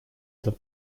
этот